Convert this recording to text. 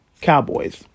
Cowboys